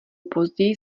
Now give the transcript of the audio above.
později